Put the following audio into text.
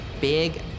big